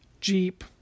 jeep